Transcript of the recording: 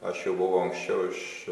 aš jau buvau anksčiau iš